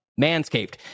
manscaped